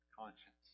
conscience